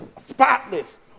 spotless